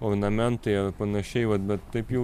ar ornamentai panašiai vat bet taip jau